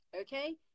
okay